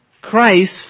Christ